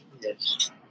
yes